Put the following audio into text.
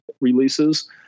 releases